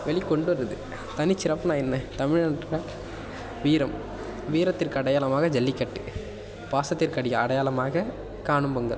வெளிக்கொண்டு வருது தனிச்சிறப்புன்னா என்ன தமிழன்ற வீரம் வீரத்திற்கு அடையாளமாக ஜல்லிக்கட்டு பாசத்திற்கு அடி அடையாளமாக காணும் பொங்கல்